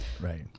Right